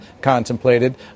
contemplated